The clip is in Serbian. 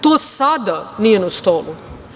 To sada nije na stolu.